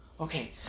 Okay